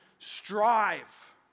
Strive